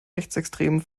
rechtsextremen